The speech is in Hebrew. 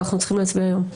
אנחנו צריכים להצביע היום.